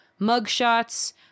mugshots